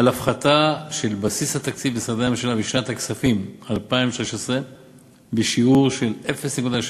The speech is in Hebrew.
על הפחתה של בסיס תקציב משרדי הממשלה בשנת הכספים 2016 בשיעור של 0.7%,